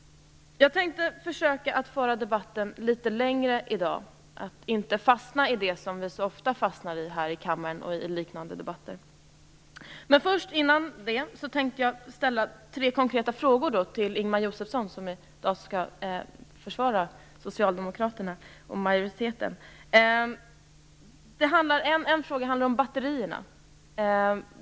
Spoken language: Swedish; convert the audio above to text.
Jag tänkte försöka att föra debatten litet längre i dag, att inte fastna i det man så ofta fastnar i här i kammaren och i liknande debatter. Men först vill jag ställa tre konkreta frågor till Ingemar Josefsson, som i dag skall försvara socialdemokraterna och majoriteten. En fråga handlar om batterier.